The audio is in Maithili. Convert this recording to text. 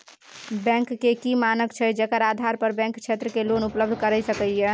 बैंक के की मानक छै जेकर आधार पर बैंक छात्र के लोन उपलब्ध करय सके ये?